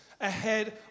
ahead